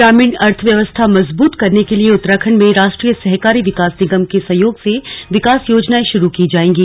ग्रामीण अर्थव्यवस्था मजबूत करने के लिए उत्तराखंड में राष्ट्रीय सहकारी विकास निगम के सहयोग से विकास योजनाएं शुरू की जाएंगी